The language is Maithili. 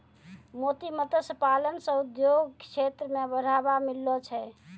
मोती मत्स्य पालन से उद्योग क्षेत्र मे बढ़ावा मिललो छै